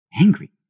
angry